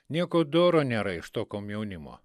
nieko doro nėra iš to komjaunimo